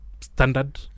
standard